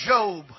Job